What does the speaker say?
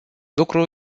lucru